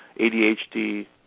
ADHD